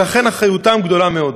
לכן אחריותם גדולה מאוד.